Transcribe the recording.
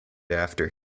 after